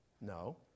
No